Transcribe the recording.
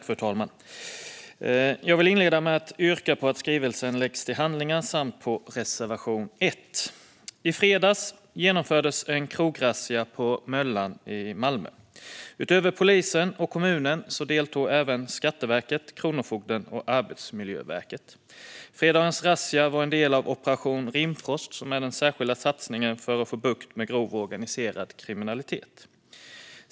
Fru talman! Jag vill inleda med att yrka på att skrivelsen läggs till handlingarna samt yrka bifall till reservation 1. I fredags genomfördes en krograzzia på Möllan i Malmö. Utöver polisen och kommunen deltog även Skatteverket, Kronofogden och Arbetsmiljöverket. Fredagens razzia var en del av Operation Rimfrost, den särskilda satsningen för att få bukt med grov organiserad kriminalitet.